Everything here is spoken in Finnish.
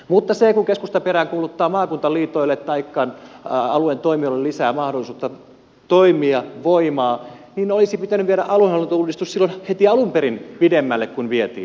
mutta kun keskusta peräänkuuluttaa maakuntaliitoille taikka alueen toimijoille lisää mahdollisuutta toimia voimaa niin olisi pitänyt viedä aluehallintouudistus silloin heti alun perin pidemmälle kuin vietiin